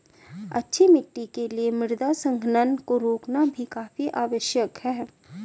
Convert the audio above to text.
अच्छी मिट्टी के लिए मृदा संघनन को रोकना भी काफी आवश्यक है